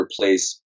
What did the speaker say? replace